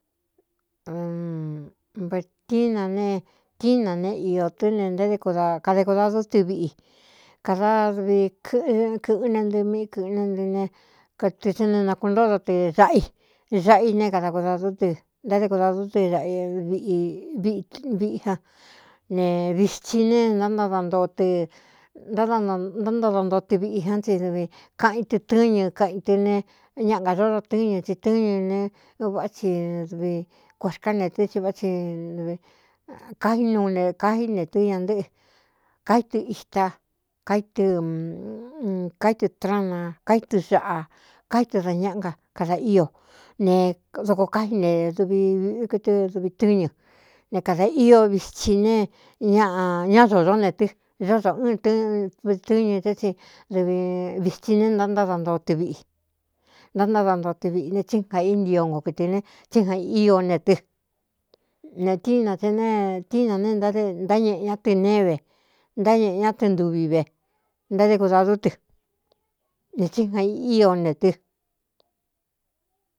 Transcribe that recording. Bertíína ne tína ne iō tɨ́ ne ntádé kada kudadú tɨ viꞌi kadadvi ɨkɨ̄ꞌɨn ne ntɨ miꞌí kɨ̄ꞌɨn ne ntɨ ne katɨ sa ne nakuꞌn ntódo tɨ daꞌa i zaꞌa i ne kada kudadú tɨ ntáde kudadú tɨ ꞌviꞌi ꞌviꞌi a ne vitsi ne náanootɨ nántántádo ntoo tɨ viꞌi án tsi dɨvi kaꞌ in tɨ tɨ́ñɨ kaꞌ i tɨ ne ñaꞌa nga dódo tɨ́ñɨ tsi tɨ́ñɨ ne núváꞌ tsi dvi kuāxká ne tɨ́ tsi vá tsi tvi kaí nuu ne kaí ne tɨ́ ña ntɨ́ꞌɨ kaítɨ ita kaítɨ kaítɨ trana kaítɨ xaꞌa káítɨ da ñáꞌa nga kadā ío ne doko káji ne dvi ꞌkɨtɨ duvi tɨ́ñɨ ne kadā ío vitsi ne ñaꞌñá dodó ne tɨ́ dódo ɨn ɨ tɨ́ñɨ té tsi vvitsi ne ntántádantoo tɨ viꞌi ntántádantoo tɨ viꞌi ne tsí ja í ntio nko kɨtɨ ne tsí ja ío ne tɨ netíina tse netína ne ntáde ntáñeꞌe ñá tɨ néve ntáñeꞌe ñá tɨ ntuvi ve ntádé kudādú tɨ ne tsí ja ío ne tɨ.